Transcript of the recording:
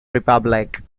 republic